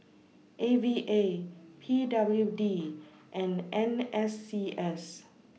A V A P W D and N S C S